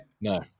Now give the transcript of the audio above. No